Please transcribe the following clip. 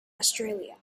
australia